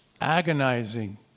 agonizing